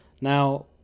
Now